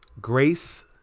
Grace